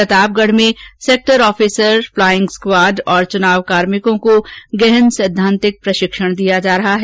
प्रतापगढ में sector officers flying squad और चुनाव कार्मिकों को गहन सैद्वान्तिक प्रशिक्षण दिया जा रहा है